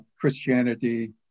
Christianity